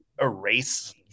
erase